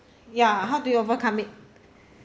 ya how did you overcome it